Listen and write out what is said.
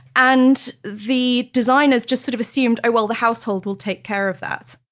and the designers just sort of assumed, oh well the household will take care of that.